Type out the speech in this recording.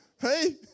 Hey